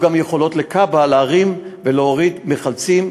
גם יכולות לכב"ה להרים ולהוריד מחלצים.